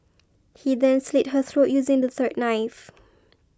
he then slit her throat using the third knife